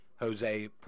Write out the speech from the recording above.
Jose